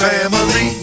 family